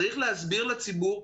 צריך להסביר לציבור,